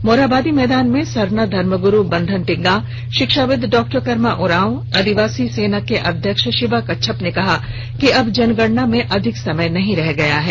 मोरहाबादी मैदान में सरना धर्म ग्रु बंधन तिग्गा शिक्षाविद डॉक्टर करमा उरांव आदिवासी सेना के अध्यक्ष शिवा कच्छप ने कहा कि अब जनगणना में अधिक समय नहीं रह गया है